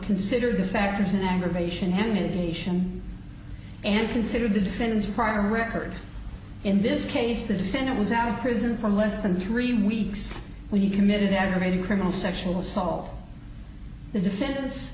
considered the factors in aggravation handmade nation and considered the defendants crime record in this case the defendant is out of prison for less than three weeks when he committed aggravating criminal sexual assault the defendant's